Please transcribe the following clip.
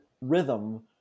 rhythm